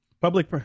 public